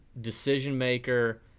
decision-maker